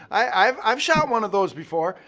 i've i've shot one of those before